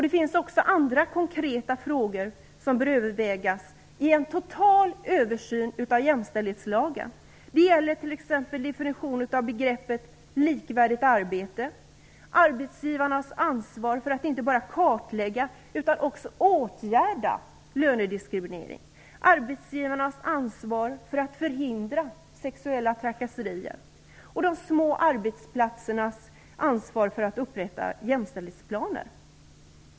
Det finns också andra konkreta frågor som bör övervägas i en total översyn av jämställdhetslagen. Det gäller t.ex. definitionen av begreppet likvärdigt arbete, arbetsgivarnas ansvar för att inte bara kartlägga utan också åtgärda lönediskriminering, arbetsgivarnas ansvar för att förhindra sexuella trakasserier och de små arbetsplatsernas ansvar för att upprätta jämställdhetsplaner.